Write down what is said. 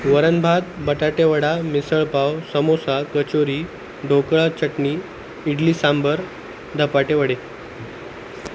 वरणभात बटाटेवडा मिसळपाव समोसा कचोरी ढोकळा चटणी इडलीसांबार धपाटे वडे